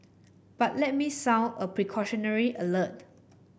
but let me sound a precautionary alert